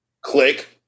Click